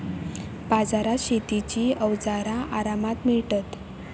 बाजारात शेतीची अवजारा आरामात मिळतत